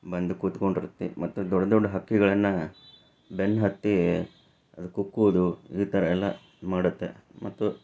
ಬಂದು ಕುತ್ಕೊಂಡಿರತ್ತೆ ಮತ್ತು ದೊಡ್ಡ ದೊಡ್ಡ ಹಕ್ಕಿಗಳನ್ನು ಬೆನ್ನ ಹತ್ತಿ ಅದಕ್ಕೆ ಕುಕ್ಕುವುದು ಈ ಥರ ಎಲ್ಲ ಮಾಡತ್ತೆ ಮತ್ತು